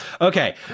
Okay